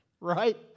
right